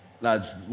lads